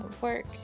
work